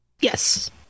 Yes